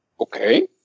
Okay